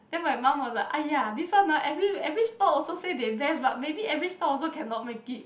then my mum was like !aiya! this one ah every every stall also say they best but maybe every stall also cannot make it